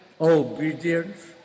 obedience